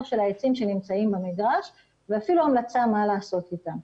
של העצים שנמצאים במגרש ואפילו המלצה מה לעשות אתם.